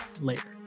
later